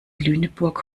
lüneburg